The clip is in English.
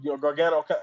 Gargano